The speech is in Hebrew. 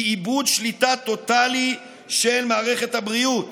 היא איבוד שליטה טוטלי של מערכת הבריאות,